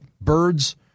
birds